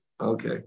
Okay